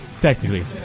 technically